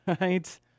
right